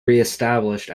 reestablished